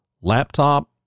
laptop